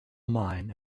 mine